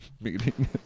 meeting